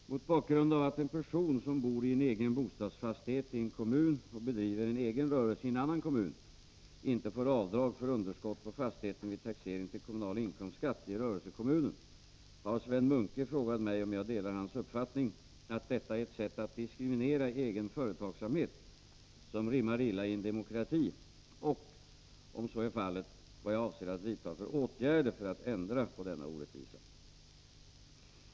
Herr talman! Mot bakgrund av att en person som bor i en egen bostadsfastighet i en kommun och bedriver en egen rörelse i en annan kommun inte får avdrag för underskott på fastigheten vid taxeringen till kommunal inkomstskatt i rörelsekommunen har Sven Munke frågat mig om jag delar hans uppfattning att detta är ett sätt att diskriminera egen företagsamhet som rimmar illa i en demokrati och — om så är fallet — vad jag avser att vidta för åtgärder för att ändra på denna orättvisa.